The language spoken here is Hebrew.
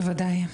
בוודאי.